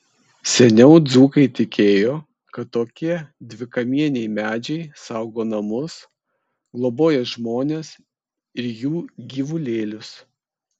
seniau dzūkai tikėjo kad tokie dvikamieniai medžiai saugo namus globoja žmones ir jų gyvulėlius